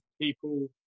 people